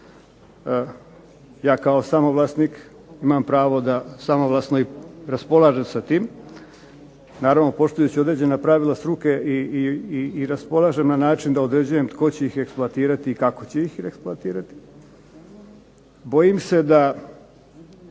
ja kao samovlasnik imam pravo da samovlasno raspolažem s tim naravno poštujući određena pravila struke i raspolažem na način da određujem tko će ih eksploatirati i kako će ih eksploatirati, bojim se da